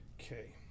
Okay